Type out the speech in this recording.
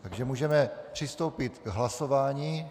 Takže můžeme přistoupit k hlasování.